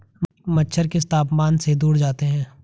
मच्छर किस तापमान से दूर जाते हैं?